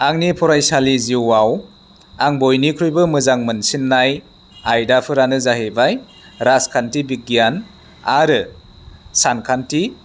आंनि फरायसालि जिउआव आं बयनिख्रुइबो मोजां मोनसिन्नाय आयदाफोरानो जाहैबाय राजखान्थि बिगियान आरो सानखान्थि